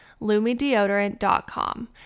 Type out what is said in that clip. LumiDeodorant.com